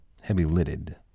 heavy-lidded